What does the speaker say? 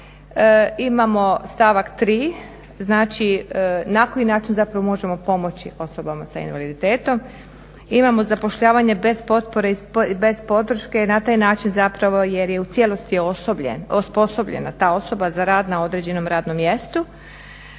Imamo stavak 3., znači na koji način zapravo možemo pomoći osobama s invaliditetom. Imamo zapošljavanje bez potpore i bez podrške i na taj način zapravo jer je u cijelosti osposobljena ta osoba za rad na određenom radnom mjestu.